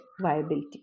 viability